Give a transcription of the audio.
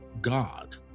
God